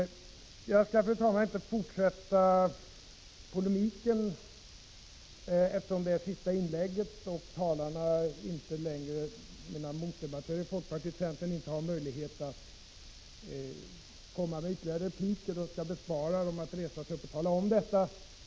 Jag skall, fru talman, inte fortsätta polemiken, eftersom det här blir mitt sista inlägg på denna punkt, då mina meddebattörer från folkpartiet och centern inte har möjlighet att ge ytterligare repliker. Jag skall bespara talarna besväret att resa sig upp och tala om detta.